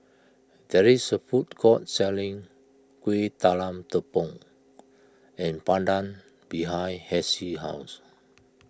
there is a food court selling Kueh Talam Tepong and Pandan behind Hessie's house